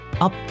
Up